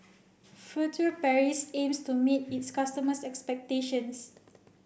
Furtere Paris aims to meet its customers expectations